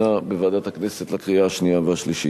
בוועדת הכנסת לקריאה שנייה ולקריאה שלישית.